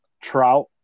trout